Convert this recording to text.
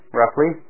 roughly